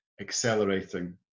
accelerating